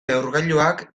neurgailuak